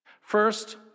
First